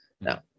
now